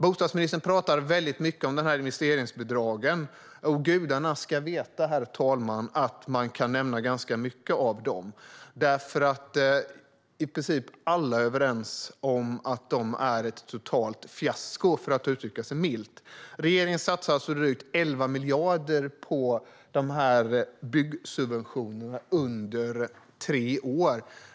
Bostadsministern talar mycket om investeringsbidragen, och gudarna ska veta att det finns mycket att säga om dem. I princip alla är överens om att de är ett totalt fiasko, för att uttrycka sig milt. Regeringen satsar alltså drygt 11 miljarder på dessa byggsubventioner under tre år.